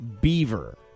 beaver